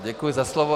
Děkuji za slovo.